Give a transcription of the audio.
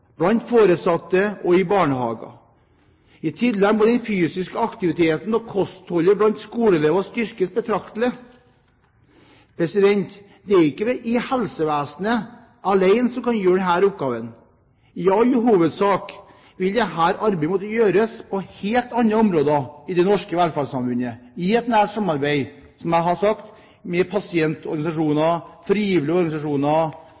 blant foresatte og i barnehager. I tillegg må den fysiske aktiviteten og kostholdet blant skoleelever styrkes betraktelig. Helsevesenet kan ikke gjøre denne jobben alene. I all hovedsak vil dette arbeidet måtte gjøres på helt andre områder i det norske velferdssamfunnet, i et nært samarbeid